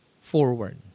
forward